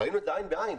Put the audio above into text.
ראינו את זה עין בעין.